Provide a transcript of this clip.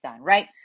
right